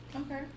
okay